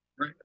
Right